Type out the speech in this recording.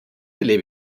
lebe